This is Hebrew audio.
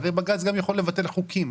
הרי בג"ץ גם יכול לבטל חוקים.